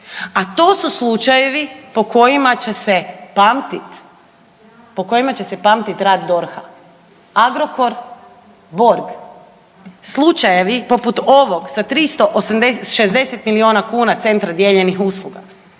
a to su slučajevi po kojima će se pamtiti rad DORH-a – Agrokor, Borg. Slučajevi poput ovog sa 360 milijuna kuna centra dijeljenih usluga,